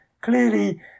clearly